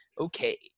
okay